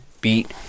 beat